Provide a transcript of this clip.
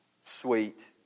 sweet